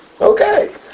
Okay